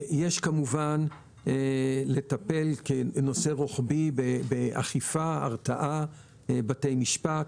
יש לטפל כנושא רוחבי באכיפה, הרתעה, בתי משפט,